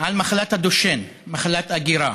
על מחלת הדושן, מחלת אגירה.